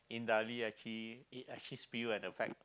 indirectly actually it actually and the fact